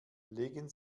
legen